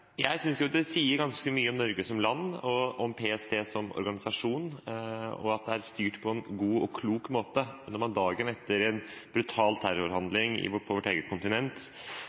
Jeg synes det sier ganske mye om Norge som land, om PST som organisasjon og om at det er styrt på en god og klok måte, når man dagen etter en brutal terrorhandling på vårt eget kontinent,